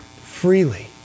freely